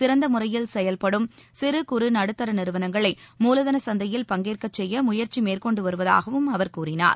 சிறந்த முறையில் செயல்படும் சிறு குறு நடுத்தர நிறுவனங்களை மூலதள சந்தையில் பங்கேற்க செய்ய முயற்சி மேற்கொண்டு வருவதாகவும் அவர் கூறினார்